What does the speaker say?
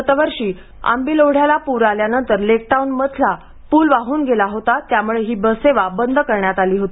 गतवर्षी आंबील ओढ्याला पूर आल्यानंतर लेक टाऊन इथला पूल वाहून गेला होता त्यामुळे हीबससेवा बंद केली होती